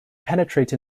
penetrate